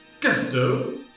Gesto